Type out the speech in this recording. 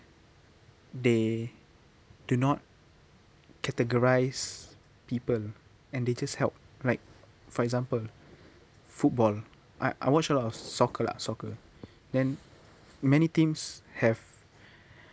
they do not categorise people and they just help like for example football I I watch a lot of soccer lah soccer then many teams have